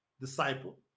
disciple